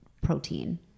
protein